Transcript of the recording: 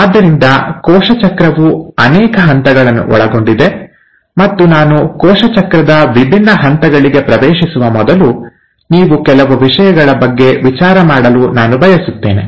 ಆದ್ದರಿಂದ ಕೋಶ ಚಕ್ರವು ಅನೇಕ ಹಂತಗಳನ್ನು ಒಳಗೊಂಡಿದೆ ಮತ್ತು ನಾನು ಕೋಶ ಚಕ್ರದ ವಿಭಿನ್ನ ಹಂತಗಳಿಗೆ ಪ್ರವೇಶಿಸುವ ಮೊದಲು ನೀವು ಕೆಲವು ವಿಷಯಗಳ ಬಗ್ಗೆ ವಿಚಾರಮಾಡಲು ನಾನು ಬಯಸುತ್ತೇನೆ